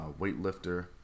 weightlifter